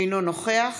אינו נוכח